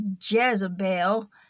Jezebel